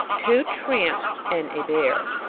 two tramps and a bear.